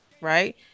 right